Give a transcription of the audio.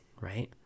right